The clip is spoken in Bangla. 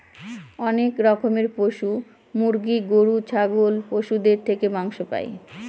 অনেক রকমের পশু মুরগি, গরু, ছাগল পশুদের থেকে মাংস পাই